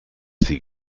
sie